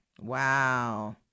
Wow